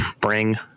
bring